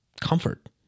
comfort